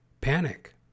panic